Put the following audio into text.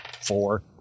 Four